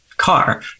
Car